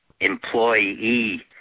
employee